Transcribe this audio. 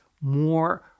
more